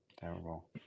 Terrible